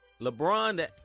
LeBron